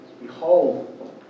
Behold